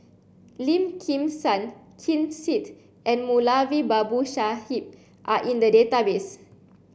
Lim Kim San Ken Seet and Moulavi Babu Sahib are in the database